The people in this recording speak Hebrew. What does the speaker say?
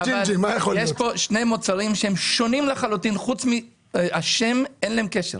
שאמר שיש פה שני מוצרים שונים לחלוטין שחוץ מהשם אין ביניהם קשר.